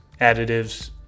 additives